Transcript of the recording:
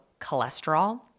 cholesterol